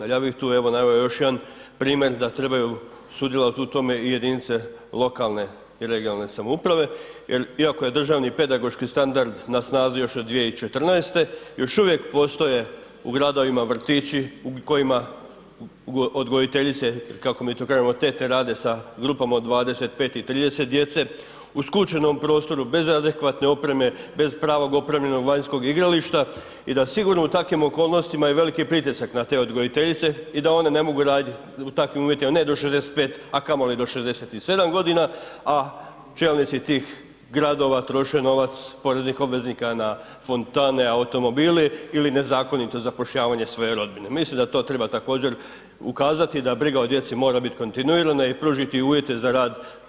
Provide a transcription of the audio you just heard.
Al ja bih tu evo naveo još jedan primjer da trebaju sudjelovat u tome i jedinice lokalne i regionalne samouprave jel iako je državni pedagoški standard na snazi još od 2014., još uvijek postoje u gradovima vrtići u kojima odgojiteljice, kako mi to kažemo tete, rade sa grupama od 25 i 30 djece u skučenom prostoru, bez adekvatne opreme, bez pravog opremljenog vanjskog igrališta i da sigurno u takvim okolnostima je i veliki pritisak na te odgojiteljice i da one ne mogu raditi u takvim uvjetima, a ne do 65, a kamo li do 67.g, a čelnici tih gradova troše novac poreznih obveznika na fontane, automobile ili nezakonito zapošljavanje svoje rodbine, mislim da to treba također ukazati da briga o djeci mora biti kontinuirana i pružiti uvjete za rad s djecom u vrtićima.